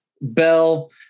bell